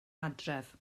adref